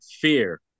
fear